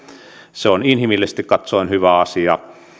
se on inhimillisesti katsoen hyvä asia